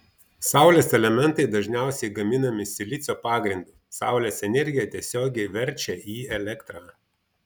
saulės elementai dažniausiai gaminami silicio pagrindu saulės energiją tiesiogiai verčia į elektrą